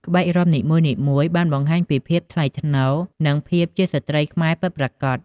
ក្បាច់រាំនីមួយៗបានបង្ហាញពីភាពថ្លៃថ្នូរ និងភាពជាស្ត្រីខ្មែរពិតប្រាកដ។